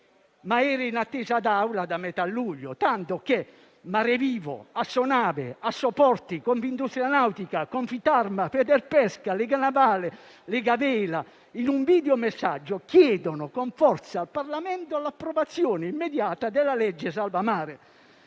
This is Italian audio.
dell'Assemblea da metà luglio, tanto che Marevivo, Assonave, Assoporti, Confindustria nautica, Confitarma, Federpesca, Lega Navale e Lega Vela in un videomessaggio chiedono con forza al Parlamento l'approvazione immediata della legge salva mare.